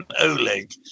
Oleg